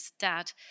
dad